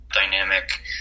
Dynamic